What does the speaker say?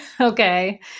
Okay